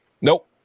Nope